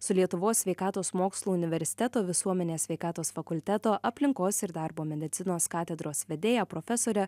su lietuvos sveikatos mokslų universiteto visuomenės sveikatos fakulteto aplinkos ir darbo medicinos katedros vedėja profesore